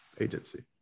Agency